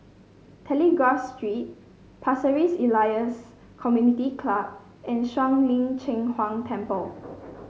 Telegraph Street Pasir Ris Elias Community Club and Shuang Lin Cheng Huang Temple